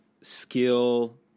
skill